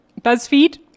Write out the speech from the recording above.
BuzzFeed